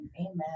amen